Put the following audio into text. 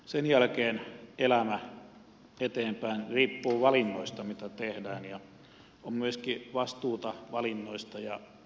sen jälkeen elämä eteenpäin riippuu valinnoista mitä tehdään ja on myöskin vastuuta valinnoista ja omista päätöksistä